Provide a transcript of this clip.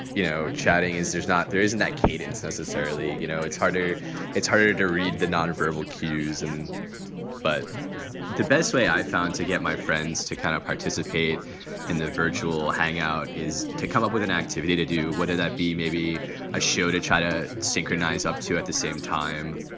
you know, chatting is there's not there isn't that cadence necessarily you know, it's harder it's harder to read the non-verbal cues and but the best way i found to get my friends to kind of participate in the virtual hangout is to come up with an activity to do, whether that be maybe a show to try to synchronize up to at the same time,